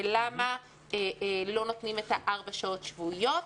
ולמה לא נותנים את הארבע שעות שבועיות.